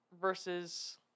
versus